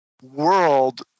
world